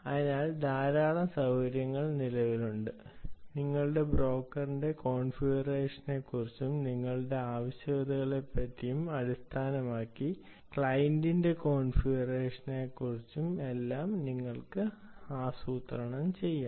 അതിനാൽ ധാരാളം സൌകര്യങ്ങൾ നിലവിലുണ്ട് നിങ്ങളുടെ ബ്രോക്കറിന്റെ കോൺഫിഗറേഷനെക്കുറിച്ചും നിങ്ങളുടെ ആവശ്യകതകളെയും അടിസ്ഥാനമാക്കി ക്ലയന്റിന്റെ കോൺഫിഗറേഷനെക്കുറിച്ചും എല്ലാം നിങ്ങൾക്ക് ആസൂത്രണം ചെയ്യാം